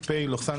מדגיש,